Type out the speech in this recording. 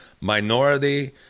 minority